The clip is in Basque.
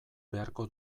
beharko